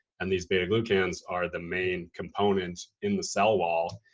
and these beta glucans are the main components in the cell wall.